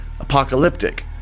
apocalyptic